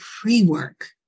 pre-work